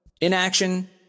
Inaction